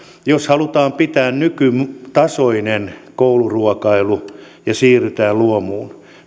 jos halutaan pitää nykytasoinen kouluruokailu ja siirrytään luomuun